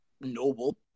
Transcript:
noble